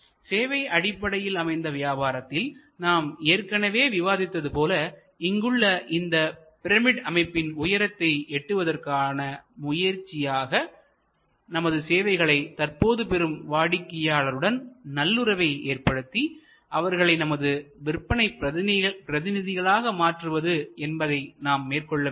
சேவை அடிப்படையில் அமைந்த வியாபாரத்தில் நாம் ஏற்கனவே விவாதித்தது போல இங்குள்ள இந்த பிரமிடு அமைப்பின் உயரத்தை எட்டுவதற்கான முயற்சியாக நமது சேவைகளை தற்பொழுது பெறும் வாடிக்கையாளருடன் நல்லுறவை ஏற்படுத்தி அவர்களை நமது விற்பனைப் பிரதிநிதிகளாக மாற்றுவது என்பதை நாம் மேற்கொள்ள வேண்டும்